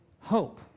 hope